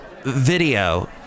video